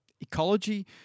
ecology